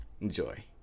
Enjoy